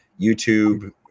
YouTube